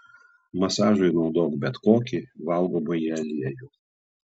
masažui naudok bet kokį valgomąjį aliejų